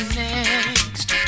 next